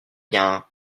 bien